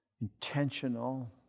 intentional